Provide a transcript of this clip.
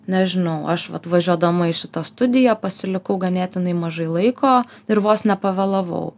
nežinau aš vat važiuodama į šitą studiją pasilikau ganėtinai mažai laiko ir vos nepavėlavau